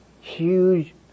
Huge